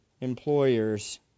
employer's